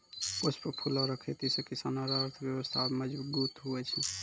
पुष्प फूलो रो खेती से किसान रो अर्थव्यबस्था मजगुत हुवै छै